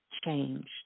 changed